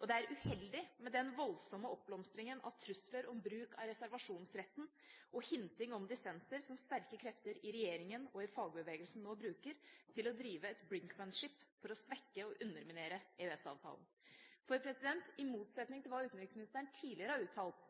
Det er uheldig med den voldsomme oppblomstringen av trusler om bruk av reservasjonsretten og hinting om dissenser, som sterke krefter i regjeringa og i fagbevegelsen nå bruker til å drive et «brinkmanship» for å svekke og underminere EØS-avtalen. I motsetning til hva utenriksministeren tidligere har uttalt,